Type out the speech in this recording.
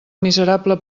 miserable